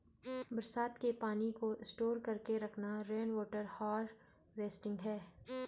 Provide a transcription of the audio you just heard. बरसात के पानी को स्टोर करके रखना रेनवॉटर हारवेस्टिंग है